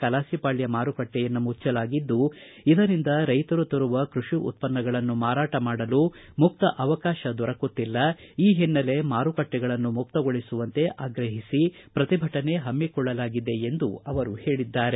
ಕಲಾಸಿಪಾಳ್ಯ ಮಾರುಕಟ್ಟೆಯನ್ನು ಮುಚ್ವಲಾಗಿದ್ದು ಇದರಿಂದ ರೈತರು ತರುವ ಕೃಷಿ ಉತ್ಪನ್ನಗಳನ್ನು ಮಾರಾಟಮಾಡಲು ಮುಕ್ತ ಅವಕಾಶ ದೊರಕುತ್ತಿಲ್ಲ ಈ ಹಿನ್ನೆಲೆ ಮಾರುಕಟ್ಟೆಗಳನ್ನು ಮುಕ್ತಗಿಳಿಸುವಂತ ಆಗ್ರಹಿಸಿ ಪ್ರತಿಭಟನೆ ಹಮ್ಜಿಕೊಳ್ಳಲಾಗಿದೆ ಎಂದು ಅವರು ಹೇಳಿದ್ದಾರೆ